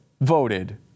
voted